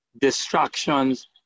distractions